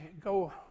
go